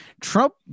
Trump